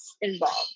involved